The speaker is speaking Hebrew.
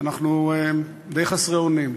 אנחנו די חסרי אונים.